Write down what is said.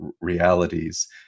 realities